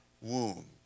womb